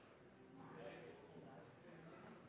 andre